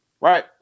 Right